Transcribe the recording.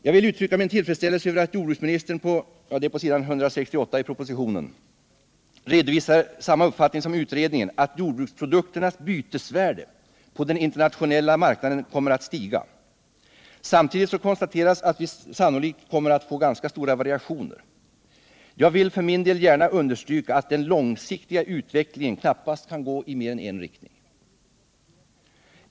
Jag vill uttrycka min tillfredsställelse över att jordbruksministern på s. 168 i propositionen redovisar samma uppfattning som utredningen, att jordbruksprodukternas bytesvärde på den internationella marknaden kommer att stiga. Samtidigt konstateras att vi sannolikt kommer att få ganska stora variationer. Jag vill för min del gärna understryka, att den långsiktiga utvecklingen knappast kan gå i mer än en riktning.